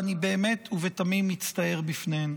ואני באמת ובתמים מצטער בפניהן.